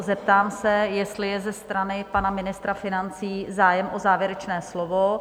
Zeptám se, jestli je ze strany pana ministra financí zájem o závěrečné slovo?